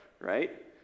right